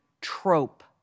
trope